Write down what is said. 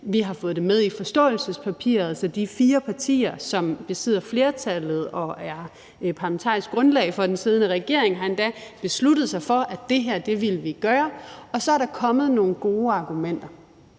Vi har fået det med i forståelsespapiret, og de fire partier, som besidder flertallet og er parlamentarisk grundlag for den siddende regering, har endda besluttet sig for, at det her ville de gøre, og så er der kommet nogle gode argumenter.